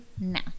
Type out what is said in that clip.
now